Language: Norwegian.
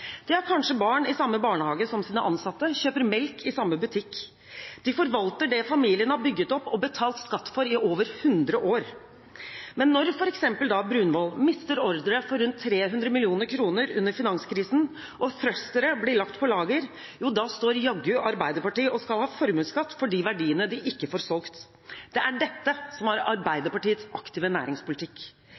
De har kanskje barn i samme barnehage som sine ansatte, kjøper melk i samme butikk. De forvalter det familien har bygget opp og betalt skatt for i over hundre år. Men når f.eks. Brunvoll mister ordre for rundt 300 mill. kr under finanskrisen og thrustere blir lagt på lager, står jaggu Arbeiderpartiet og skal ha formuesskatt for de verdiene de ikke får solgt. Det er dette som er Arbeiderpartiets aktive næringspolitikk.